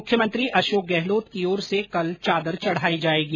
मुख्यमंत्री अशोक गहलोत की ओर से कल चादर चढाई जायेगी